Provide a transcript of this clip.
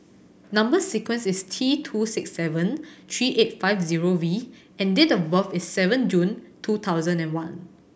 number sequence is T two six seven three eight five zero V and date of birth is seven June two thousand and one